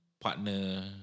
partner